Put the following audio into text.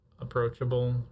approachable